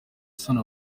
isoni